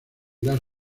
las